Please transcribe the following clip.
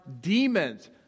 demons